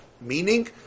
Meaning